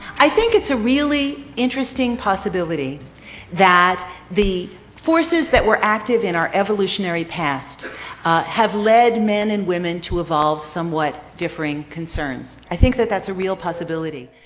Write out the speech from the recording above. i think it's a really interesting possibility that the forces that were active in our evolutionary past have led men and women to evolve somewhat differing concerns. i think that that's a real possibility.